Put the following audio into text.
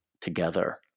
together